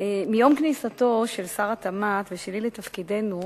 מיום שנכנסנו, שר התמ"ת ואני, לתפקידנו,